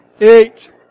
eight